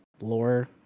lore